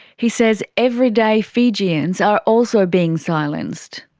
he says everyday fijians are also being silenced.